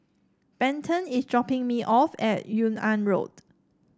Benton is dropping me off at Yung An Road